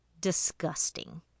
disgusting